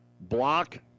block